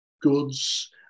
goods